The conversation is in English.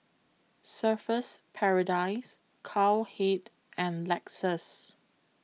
Surfer's Paradise Cowhead and Lexus